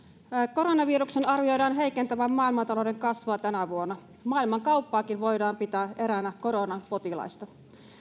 koronaviruksen arvioidaan heikentävän maailmantalouden kasvua tänä vuonna maailmankauppaakin voidaan pitää eräänä koronapotilaista